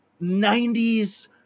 90s